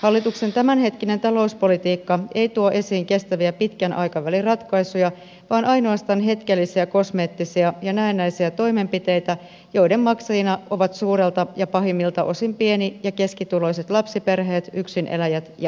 hallituksen tämänhetkinen talouspolitiikka ei tuo esiin kestäviä pitkän aikavälin ratkaisuja vaan ainoastaan hetkellisiä kosmeettisia ja näennäisiä toimenpiteitä joiden maksajina ovat suurelta ja pahimmilta osin pieni ja keskituloiset lapsiperheet yksineläjät ja eläkeläiset